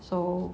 so